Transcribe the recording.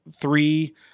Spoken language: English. three